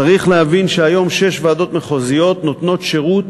צריך להבין שהיום שש ועדות מחוזיות נותנות שירות